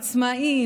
עצמאים,